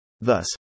Thus